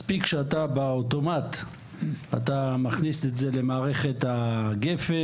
מספיק שאתה מכניס את זה למערכת גפ"ן,